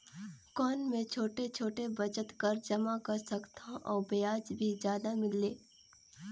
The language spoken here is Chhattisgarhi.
कौन मै छोटे छोटे बचत कर जमा कर सकथव अउ ब्याज भी जादा मिले?